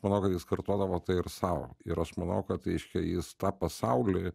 manau kad jis kartodavo ir sau ir aš manau kad reiškia jis tą pasaulį